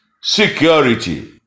security